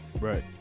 Right